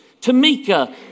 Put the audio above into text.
Tamika